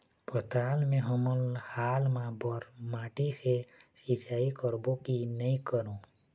पताल मे हमन हाल मा बर माटी से सिचाई करबो की नई करों?